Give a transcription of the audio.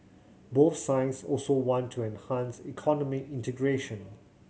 both sides also want to enhance economic integration